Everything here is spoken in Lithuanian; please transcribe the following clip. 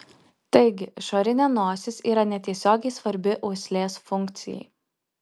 taigi išorinė nosis yra netiesiogiai svarbi uoslės funkcijai